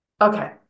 Okay